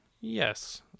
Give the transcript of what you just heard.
yes